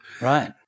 Right